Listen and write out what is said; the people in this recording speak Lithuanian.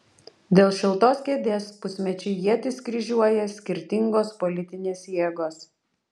dėl šiltos kėdės pusmečiui ietis kryžiuoja skirtingos politinės jėgos